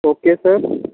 okay sir